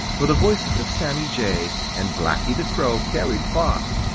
for the voices of sammy jay and blacky the crow carried far,